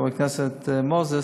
חבר הכנסת מוזס,